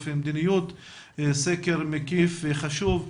סקר מקיף וחשוב.